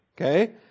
Okay